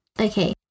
okay